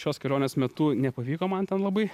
šios kelionės metu nepavyko man ten labai